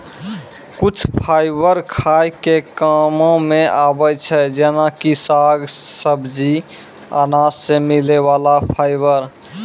कुछ फाइबर खाय के कामों मॅ आबै छै जेना कि साग, सब्जी, अनाज सॅ मिलै वाला फाइबर